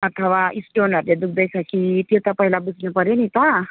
अथवा स्टोनहरूले दुख्दैछ कि त्यो त पहिला बुझ्नुपर्यो नि त